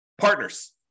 Partners